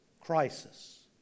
Crisis